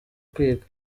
kwiga